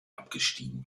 abgestiegen